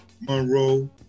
Monroe